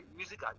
music